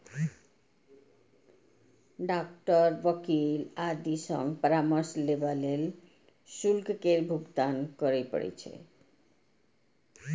doctor, वकील आदि सं परामर्श लेबा लेल शुल्क केर भुगतान करय पड़ै छै